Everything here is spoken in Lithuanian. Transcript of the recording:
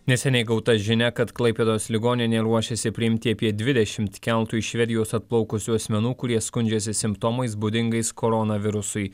neseniai gauta žinia kad klaipėdos ligoninė ruošiasi priimti apie dvidešimt keltu iš švedijos atplaukusių asmenų kurie skundžiasi simptomais būdingais koronavirusui